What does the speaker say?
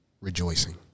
rejoicing